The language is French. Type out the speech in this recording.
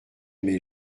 mes